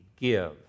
Give